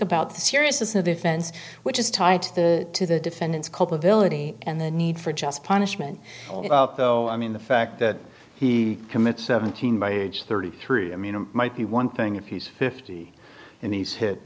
about the seriousness of the offense which is tied to the defendant's culpability and the need for just punishment i mean the fact that he commits seventeen by age thirty three i mean it might be one thing if he's fifty and he's hit